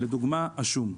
דוגמה, השום,